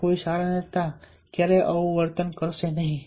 કોઈ સારા નેતા ક્યારેય આવું વર્તન કરશે નહીં